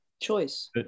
Choice